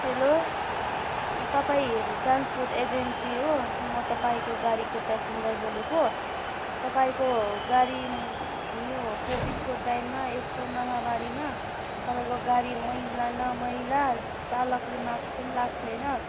hello तपाईँ transport agency हो म तपाईँको गाडीको पेसेन्जर बोलेको तपाईँको गाडी यो कोभिडको टाइममा यस्तो महामारीमा तपाईँको गाडी मैला न मैला चालकले मास्क पनि लगाएको छैन